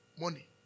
Money